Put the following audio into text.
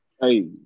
Hey